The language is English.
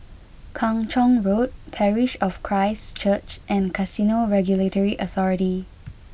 Kung Chong Road Parish of Christ Church and Casino Regulatory Authority